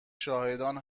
شاهدان